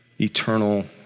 eternal